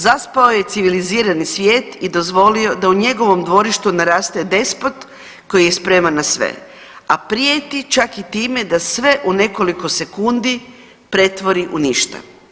Zaspao je civilizirani svijet i dozvolio da u njegovom dvorištu naraste despot koji je spreman na sve, a prijeti čak i time da sve u nekoliko sekundi pretvori u ništa.